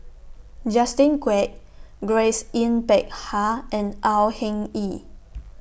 Justin Quek Grace Yin Peck Ha and Au Hing Yee